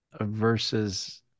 versus